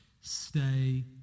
stay